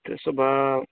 त्यसो भए